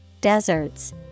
deserts